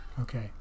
Okay